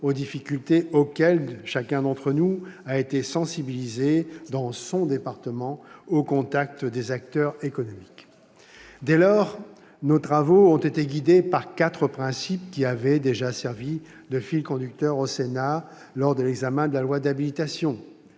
aux difficultés auxquelles chacun d'entre nous a été sensibilisé, dans son département, au contact des acteurs économiques. Dès lors, nos travaux ont été guidés par quatre principes, qui avaient déjà servi de fil conducteur au Sénat lors de l'examen du projet de loi d'habilitation